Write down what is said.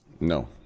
No